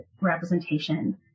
representation